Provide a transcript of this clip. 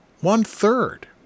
One-third